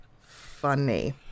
funny